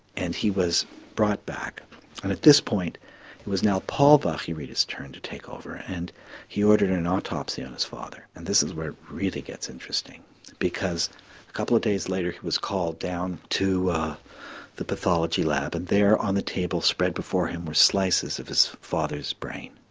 and he was brought back and at this point it was now paul bach-y-rita's turn to take over and he ordered an autopsy on his father. and this is where it really gets interesting because a couple of days later he was called down to the pathology lab and there on the table spread before him were slices of his father's brain.